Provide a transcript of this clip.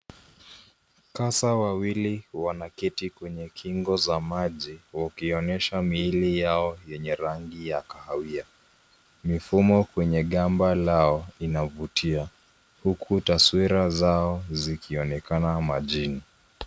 Kasa wawili wanaketi kwenye kingo za maji, ukionyesha miili yaoyenye rangi ya kahawia. Mifumo kwenye gamba lao inavutia huku taswira zao zikionekana majini.